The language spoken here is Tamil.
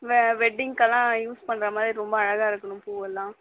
வ வெட்டிங்க்கு எல்லாம் யூஸ் பண்ணுறமாரி ரொம்ப அழகாக இருக்கணும் பூவெல்லாம்